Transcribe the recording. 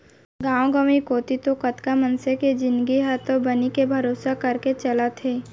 गांव गंवई कोती तो कतका मनसे के जिनगी ह तो बनी के भरोसा करके चलत हे